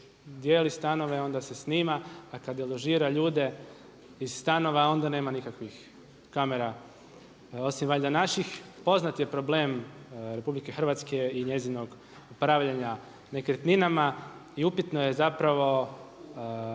dijeli stanove onda se snima, a kad deložira ljude iz stanova onda nema nikakvih kamera osim valjda naših. Poznat je problem RH i njezinog upravljanja nekretninama. I upitno je zapravo